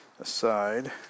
aside